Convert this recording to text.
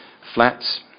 flats